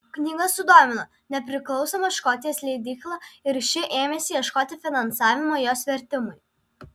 knyga sudomino nepriklausomą škotijos leidyklą ir ši ėmėsi ieškoti finansavimo jos vertimui